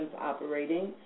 operating